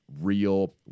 real